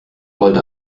wollte